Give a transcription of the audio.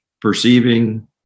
perceiving